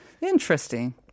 interesting